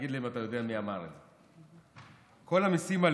תגיד לי אם אתה יודע מי אמר את זה: "כל המשים על